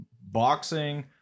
Boxing